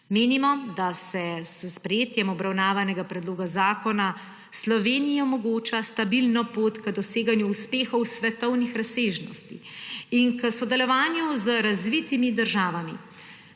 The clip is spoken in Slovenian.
Menimo, da se s sprejetjem obravnavanega predloga zakona Sloveniji omogoča stabilno pot k doseganju uspehov svetovnih razsežnosti in sodelovanje z razvitimi državami,